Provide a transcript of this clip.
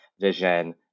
vision